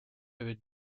ведь